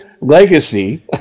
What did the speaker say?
Legacy